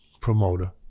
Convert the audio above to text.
promoter